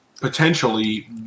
potentially